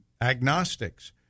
agnostics